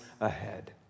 ahead